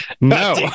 No